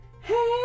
Hey